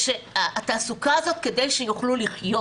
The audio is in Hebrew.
התעסוקה הזו כדי שיוכלו לחיות.